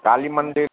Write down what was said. काली मन्दिर